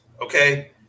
okay